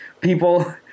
people